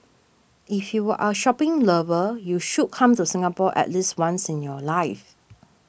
if you are a shopping lover you should come to Singapore at least once in your life